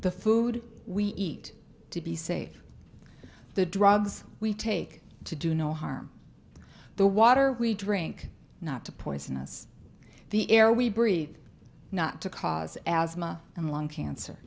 the food we eat to be save the drugs we take to do no harm to the water we drink not to poisonous the air we breathe not to cause asthma and lung cancer